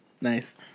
nice